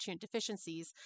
deficiencies